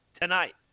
tonight